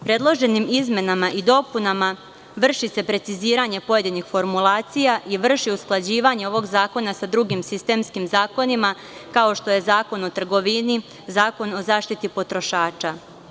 Predloženim izmenama i dopunama vrši se preciziranje pojedinih formulacija i vrši usklađivanje ovog zakona sa drugim sistemskim zakonima, kao što je Zakon o trgovini, Zakon o zaštiti potrošača.